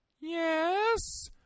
Yes